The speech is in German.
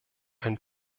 einen